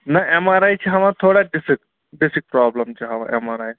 نَہ M R I چھِ ہاوان تھوڑا ڈِسٕک ڈِسٕک پرٛابلٕم چھِ ہاوان اٮ۪م آر آی